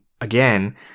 again